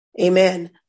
Amen